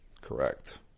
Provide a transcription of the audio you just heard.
Correct